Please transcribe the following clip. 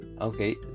okay